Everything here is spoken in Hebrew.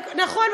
נכון,